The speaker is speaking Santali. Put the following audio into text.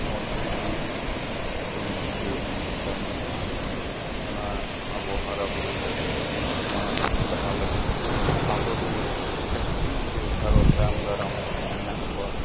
ᱚᱞᱪᱤᱠᱤ ᱜᱩᱱ ᱵᱤᱨᱫᱟᱹ ᱛᱟᱭ ᱢᱮᱱᱟᱜᱼᱟ ᱚᱱᱟ ᱟᱵᱚ ᱦᱟᱨᱟᱼᱵᱩᱨᱩ ᱞᱟᱹᱜᱤᱫ ᱢᱟᱲᱟᱝ ᱥᱮᱫ ᱞᱟᱦᱟ ᱞᱟᱹᱜᱤᱫ ᱟᱵᱚᱨᱮᱱ ᱡᱟᱦᱟᱸ ᱛᱤᱱᱟᱹᱜ ᱜᱮ ᱟᱨᱚ ᱛᱟᱭᱚᱢ ᱫᱟᱨᱟᱢ ᱢᱮᱱᱟᱜ ᱠᱚᱣᱟ